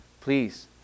please